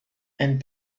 and